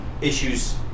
issues